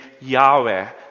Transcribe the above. Yahweh